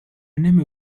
n’aime